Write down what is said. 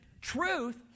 truth